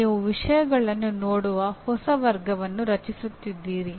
ನೀವು ವಿಷಯಗಳನ್ನು ನೋಡುವ ಹೊಸ ಮಾರ್ಗವನ್ನು ರಚಿಸುತ್ತಿದ್ದೀರಿ